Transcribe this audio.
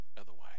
otherwise